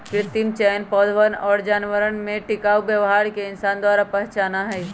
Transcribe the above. कृत्रिम चयन पौधवन और जानवरवन में टिकाऊ व्यवहार के इंसान द्वारा पहचाना हई